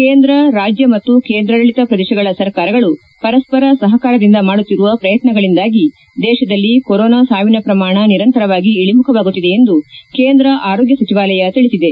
ಕೇಂದ್ರ ರಾಜ್ಯ ಮತ್ತು ಕೇಂದ್ರಾಡಳಿತ ಪ್ರದೇಶಗಳ ಸರ್ಕಾರಗಳು ಪರಸ್ಸರ ಸಹಕಾರದಿಂದ ಮಾಡುತ್ತಿರುವ ಪ್ರಯತ್ಯಗಳಿಂದಾಗಿ ದೇಶದಲ್ಲಿ ಕೊರೋನಾ ಸಾವಿನ ಪ್ರಮಾಣ ನಿರಂತರವಾಗಿ ಇಳಿಮುಖವಾಗುತ್ತಿದೆ ಎಂದು ಕೇಂದ್ರ ಆರೋಗ್ನ ಸಚಿವಾಲಯ ತಿಳಿಸಿದೆ